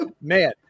Man